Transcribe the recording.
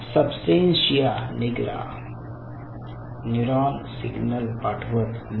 substantia nigra neuron signal पाठवत नाही